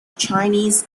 chinese